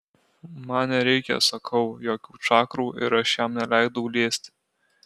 man nereikia sakau jokių čakrų ir aš jam neleidau liesti